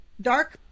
dark